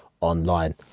online